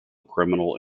criminal